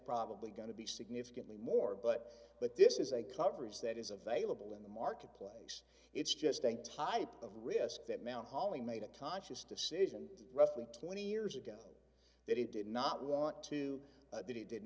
probably going to be significantly more but that this is a coverage that is available in the marketplace it's just a type of risk that mount holly made a conscious decision roughly twenty years ago that it did not want to